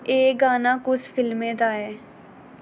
एह् गाना कुस फिल्मै दा ऐ